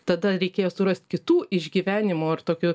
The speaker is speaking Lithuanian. tada reikėjo surast kitų išgyvenimo ir tokio